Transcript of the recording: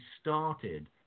started